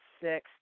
six